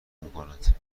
میکند